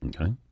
Okay